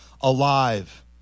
alive